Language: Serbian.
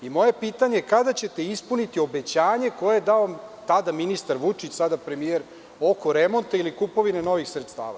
Moje pitanje – kada ćete ispuniti obećanje koje je dao tada ministar Vučić, sada premijer, oko remonta ili kupovine novih sredstava.